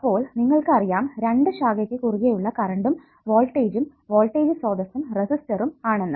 അപ്പോൾ നിങ്ങൾക്ക് അറിയാം രണ്ടു ശാഖയ്യ്ക്കു കുറുകെ ഉള്ള കറണ്ടും വോൾട്ടേജ്ജും വോൾട്ടേജ് സ്രോതസ്സും റെസിസ്റ്ററും ആണെന്ന്